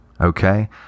Okay